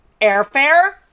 airfare